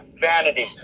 Vanity